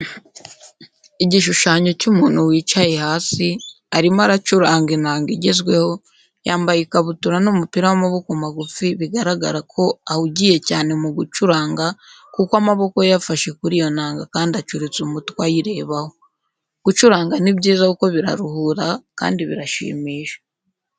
Igishushanyo cy'umuntu wicaye hasi, arimo aracuranga inanga igezweho, yambaye ikabutura n'umupira w'amaboko magufi, bigaragara ko ahugiye cyane mu gucuranga kuko amaboko ye afashe kuri iyo nanga kandi acuritse umutwe ayirebaho. Gucuranga ni byiza kuko biraruhura, kandi birashimisha.